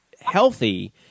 healthy